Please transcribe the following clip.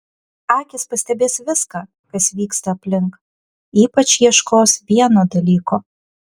akys pastebės viską kas vyksta aplink ypač ieškos vieno dalyko